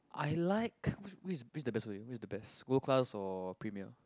I liked which which the best way which the best gold class or premier